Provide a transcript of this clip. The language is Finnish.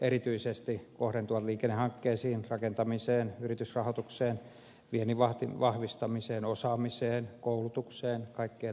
erityisesti ne kohdentuvat liikennehankkeisiin rakentamiseen yritysrahoitukseen viennin vahvistamiseen osaamiseen koulutukseen kaikkeen tällaiseen